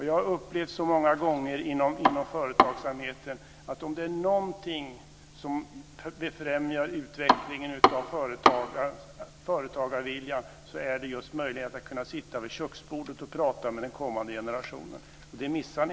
Jag har upplevt så många gånger inom företagsamheten att om det är någonting som befrämjar utvecklingen av företagarviljan är det just möjligheten att kunna sitta vid köksbordet och prata med den kommande generationen. Det missar ni.